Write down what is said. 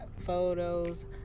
photos